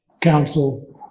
Council